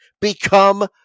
become